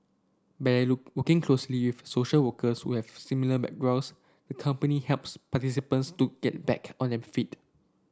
by working closely with social workers who have similar backgrounds the company helps participants get back on their feet